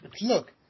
Look